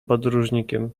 podróżnikiem